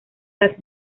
las